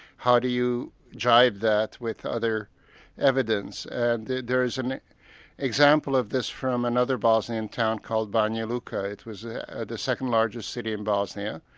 how do you drive that with other evidence? and there is an example of this from another bosnian town called banja luka it was the second-largest city in bosnia,